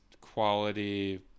quality